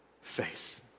face